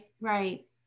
Right